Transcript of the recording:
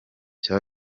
cya